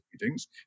meetings